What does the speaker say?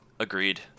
Agreed